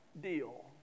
deal